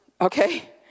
Okay